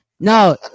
No